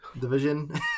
Division